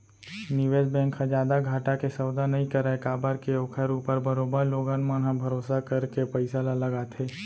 निवेस बेंक ह जादा घाटा के सौदा नई करय काबर के ओखर ऊपर बरोबर लोगन मन ह भरोसा करके पइसा ल लगाथे